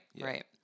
right